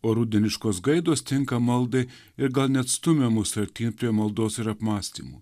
o rudeniškos gaidos tinka maldai ir gal net stumia mus artyn prie maldos ir apmąstymų